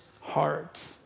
heart